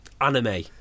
anime